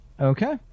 Okay